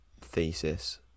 thesis